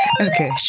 Okay